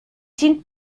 sind